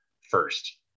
First